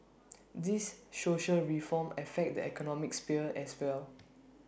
these social reforms affect the economic sphere as well